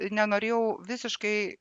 nenorėjau visiškai